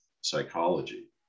psychology